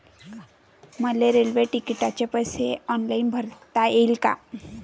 मले रेल्वे तिकिटाचे पैसे ऑनलाईन भरता येईन का?